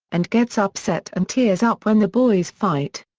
and gets upset and tears up when the boys fight.